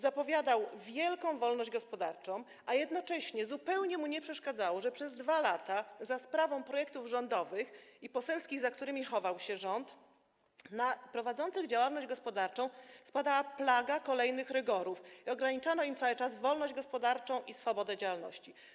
Zapowiadał wielką wolność gospodarczą, a jednocześnie zupełnie mu nie przeszkadzało, że przez 2 lata za sprawą projektów rządowych i poselskich, za którymi chował się rząd, na prowadzących działalność gospodarczą spadała plaga kolejnych rygorów i ograniczano im cały czas wolność gospodarczą i swobodę działalności.